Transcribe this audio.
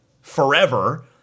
forever